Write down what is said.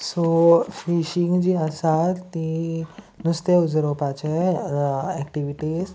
so fishing जी आसा ती नुस्तें उजरोवपाचें एक्टिविटीज